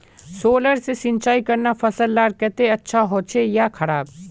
Solar से सिंचाई करना फसल लार केते अच्छा होचे या खराब?